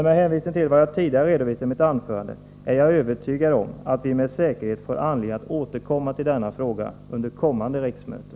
Med hänvisning till vad jag tidigare redovisat i mitt anförande är jag övertygad om att vi med säkerhet får anledning att återkomma till denna fråga under kommande riksmöten.